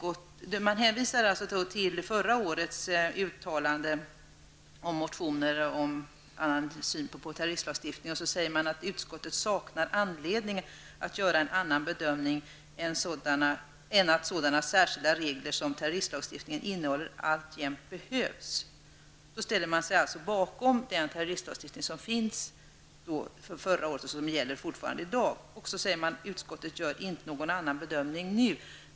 Man hänvisar till fjolårets uttalande över motioner med en annan syn på terroristlagstiftningen och säger att utskottet saknar anledning att göra en annan bedömning än att sådana särskilda regler som terroristlagstiftningen innehåller alltjämt behövs. Man ställer sig alltså bakom den terroristlagstiftning som fanns förra året och som alltjämt gäller. Man säger vidare att utskottet inte gör någon annan bedömning nu.